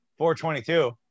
422